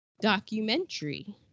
documentary